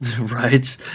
right